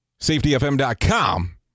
safetyfm.com